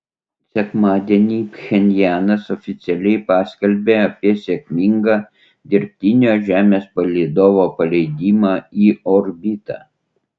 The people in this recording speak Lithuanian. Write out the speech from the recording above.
sekmadienį pchenjanas oficialiai paskelbė apie sėkmingą dirbtinio žemės palydovo paleidimą į orbitą